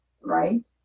right